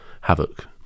havoc